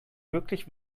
wirklich